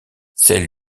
celle